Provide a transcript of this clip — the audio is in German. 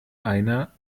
einer